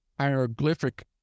hieroglyphic